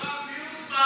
יואב, מי הוזמן?